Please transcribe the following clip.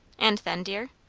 and then, dear?